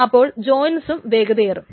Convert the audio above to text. അപ്പോൾ ജോയിന്റ്സും വേഗതയേറും